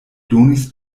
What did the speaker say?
donis